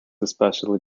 especially